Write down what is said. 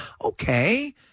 Okay